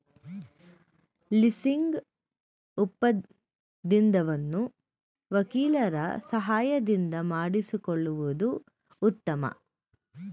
leasing ಒಪ್ಪಂದವನ್ನು ವಕೀಲರ ಸಹಾಯದಿಂದ ಮಾಡಿಸಿಕೊಳ್ಳುವುದು ಉತ್ತಮ